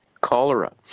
cholera